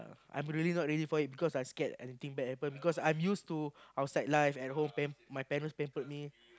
I'm really not ready for it because I scared anything bad happen because I'm used to outside life and at home pam~ my parents pampered me